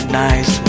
nice